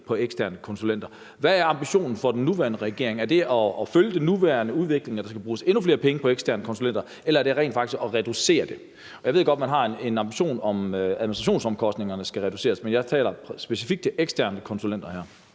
på eksterne konsulenter. Hvad er ambitionen for den nuværende regering? Er det at følge den nuværende udvikling, og at der skal bruges endnu flere penge på eksterne konsulenter, eller er det rent faktisk at reducere det? Jeg ved godt, at man har en ambition om, at administrationsomkostningerne skal reduceres, men jeg taler specifikt om eksterne konsulenter her.